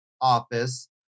office